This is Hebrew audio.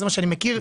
זה מה שאני מכיר.